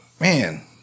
man